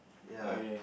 ya